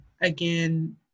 again